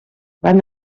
van